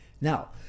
Now